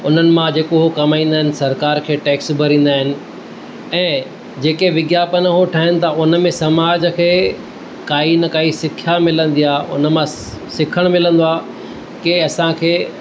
उन्हनि मां जेको हो कमाईंदा आहिनि सरिकार खे टॅक्स भरींदा आहिनि ऐं जेके विज्ञापन हो ठाहिनि था उनमे समाज खे काई न काई सिखिया मिलंदी आहे उनमां सि सिखणु मिलंदो आहे की असांखे